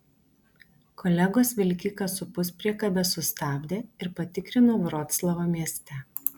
kolegos vilkiką su puspriekabe sustabdė ir patikrino vroclavo mieste